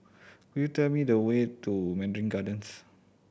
could you tell me the way to Mandarin Gardens